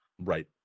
Right